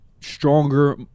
stronger